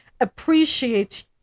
Appreciate